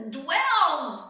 dwells